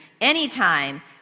Anytime